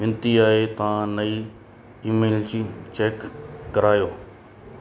वेनिती आहे त नईं ईमेल्स जी चैक करायो